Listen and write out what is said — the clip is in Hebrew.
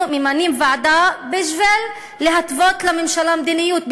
ממנים ועדה בשביל להתוות לממשלה מדיניות,